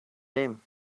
lame